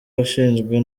washinzwe